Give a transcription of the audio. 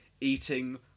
Eating